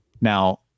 Now